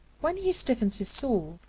when he stiffens his soul,